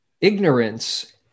ignorance